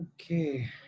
Okay